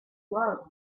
love